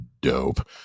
dope